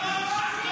לוועדת החינוך,